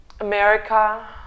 America